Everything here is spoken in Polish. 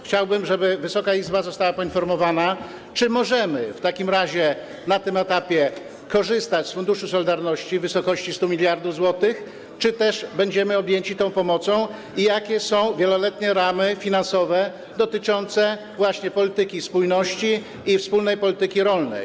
Chciałbym, żeby Wysoka Izba została poinformowana, czy możemy w takim razie na tym etapie korzystać z Funduszu Solidarności w wysokości 100 mld zł, czy będziemy objęci tą pomocą, i jakie są wieloletnie ramy finansowe dotyczące właśnie polityki spójności i wspólnej polityki rolnej.